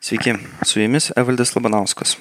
sveiki su jumis evaldas labanauskas